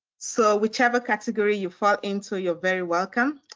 so whichever category you fall into, you're very welcome.